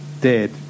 dead